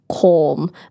calm